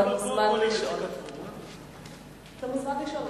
אתה מוזמן לשאול, אדוני.